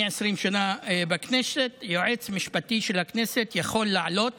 אני 20 שנה בכנסת, יועץ משפטי של הכנסת יכול לעלות